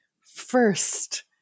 First